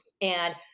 and-